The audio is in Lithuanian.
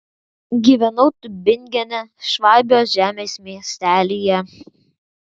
gyvenau tiubingene švabijos žemės miestelyje